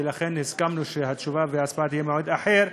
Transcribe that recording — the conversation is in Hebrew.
ולכן הסכמנו שהתשובה וההצבעה יהיו במועד אחר.